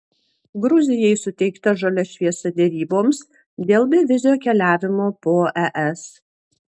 gruzijai suteikta žalia šviesa deryboms dėl bevizio keliavimo po es